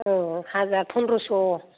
औ हाजार फनद्रस'